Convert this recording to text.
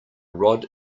rod